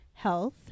health